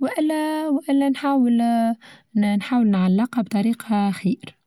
وإلا-وإلا نحاول-نحاول نعلقها بطريقة خير.